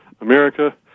America